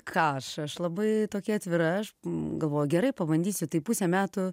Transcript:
ką aš aš labai tokia atvira aš galvoju gerai pabandysiu tai pusę metų